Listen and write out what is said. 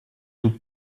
тут